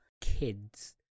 kids